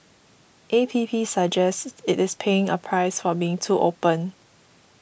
A P P suggests it is paying a price for being too open